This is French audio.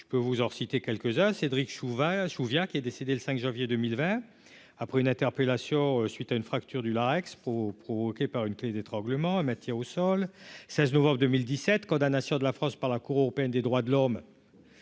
je peux vous en citer quelques-uns, Cédric vaches ou via qui est décédé le 5 janvier 2020 après une interpellation suite à une fracture du larynx provoquée par une clé d'étranglement à Mathias au sol 16 novembre 2017 condamnation de la France par la Cour européenne des droits de l'homme